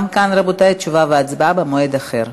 גם כאן, רבותי, תשובה והצבעה במועד אחר.